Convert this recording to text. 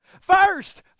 First